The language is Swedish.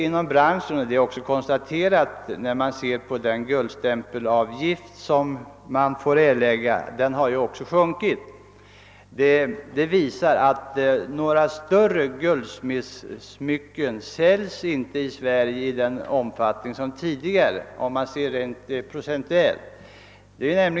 Inom branschen har man också konstaterat, via den guldstämpelavgift som man får erlägga och där det influtna beloppet sjunkit, att det inte säljs större guldsmycken i Sverige i samma omfattning som tidigare procentuellt sett.